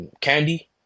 candy